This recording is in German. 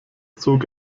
zog